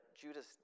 Judas